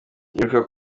ibuka